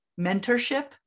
mentorship